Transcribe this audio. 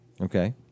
Okay